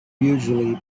usually